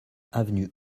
avenue